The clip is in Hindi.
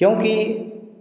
क्योंकि